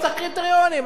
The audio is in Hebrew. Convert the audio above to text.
אז הכול בסדר.